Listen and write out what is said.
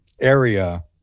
area